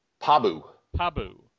Pabu